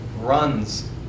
runs